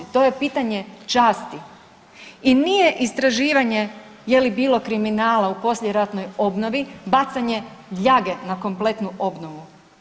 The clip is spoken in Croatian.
To je pitanje časti i nije istraživanje je li bilo kriminala u poslijeratnoj obnovi bacanje ljage na kompletnu obnovu.